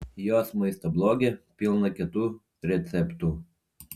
jos maisto bloge pilna kietų receptų